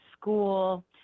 school